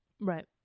Right